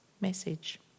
message